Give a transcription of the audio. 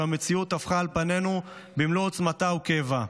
המציאות טפחה על פנינו במלוא עוצמתה וכאבה.